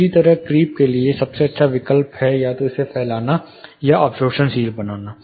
इसी तरह क्रीप के लिए सबसे अच्छा विकल्प या तो इसे फैलाना है या अवशोषणशील बनाता है